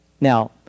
Now